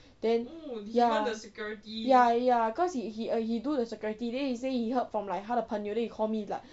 then ya ya ya cause he he uh he do the security then he say he heard from like 他的朋友 then he call me lah